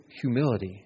humility